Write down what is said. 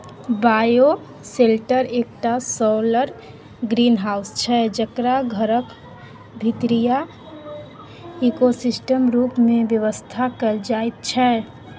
bioshelter एकटा solar greenhouse छै जकरा घरक भीतरीया इकोसिस्टम रुप मे बेबस्था कएल जाइत छै